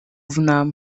znam